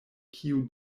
kiu